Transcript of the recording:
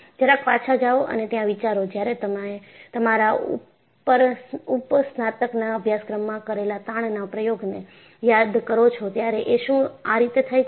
જરાક પાછા જાઓ અને ત્યાં વિચારો જ્યારે તમે તમારા ઉપસ્નાતકના અભાયસ્ક્ર્મમાં કરેલા તાણના પ્રયોગને યાદ કરો છો ત્યારે એ શું આ રીતે થાય છે